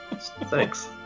Thanks